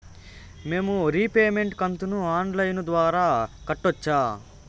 మేము రీపేమెంట్ కంతును online ద్వారా కట్టొచ్చా